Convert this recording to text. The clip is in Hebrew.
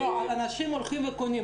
לא, אנשים הולכים וקונים.